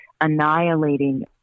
annihilating